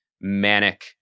manic